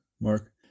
mark